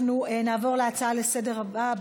אנחנו נעבור להצעות הבאות לסדר-היום,